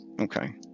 Okay